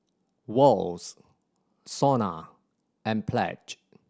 Wall's SONA and Pledge